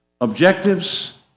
objectives